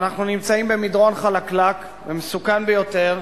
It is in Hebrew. שאנחנו נמצאים במדרון חלקלק ומסוכן ביותר,